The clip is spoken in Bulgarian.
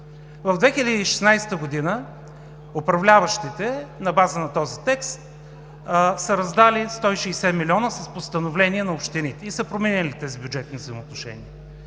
В 2016 г. управляващите, на база на този текст, са раздали 160 милиона с постановление на общините и са променили тези бюджетни взаимоотношения.